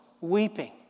weeping